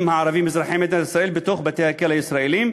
הערבים אזרחי מדינת ישראל בתוך בתי-הכלא הישראליים,